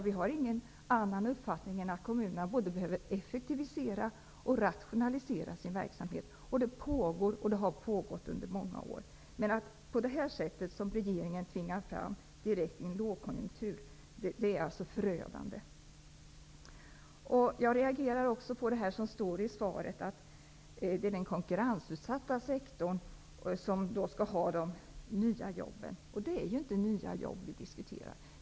Vi har ingen annan uppfattning än att kommunerna både behöver effektivisera och rationalisera sin verksamhet, och det pågår och har pågått under många år. Men att, som regeringen nu gör, direkt tvinga fram det i en lågkonjunktur är förödande. Jag reagerar också på det som står i svaret om att det är den konkurrensutsatta sektorn som skall ha de nya jobben. Det är ju inte nya jobb vi diskuterar.